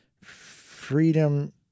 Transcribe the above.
freedom